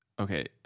Okay